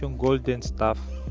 golden staff